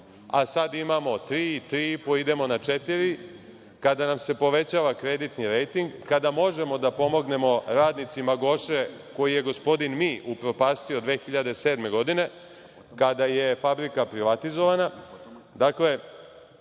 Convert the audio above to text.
a sada imamo 3%, 3,5%, idemo na 4%, kada nam se povećava kreditni rejting, kada možemo da pomognemo radnicima „Goše“, koje je gospodin „mi“ upropastio 2007. godine, kada je fabrika privatizovana.